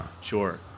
sure